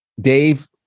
Dave